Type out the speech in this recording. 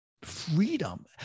freedom